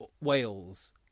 Wales